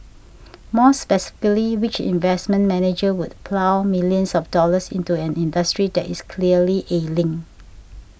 more specifically which investment manager would plough millions of dollars into an industry that is clearly ailing